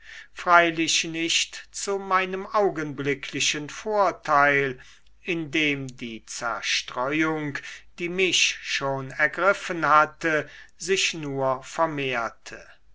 freilich nicht zu meinem augenblicklichen vorteil indem die zerstreuung die mich schon ergriffen hatte sich nur vermehrte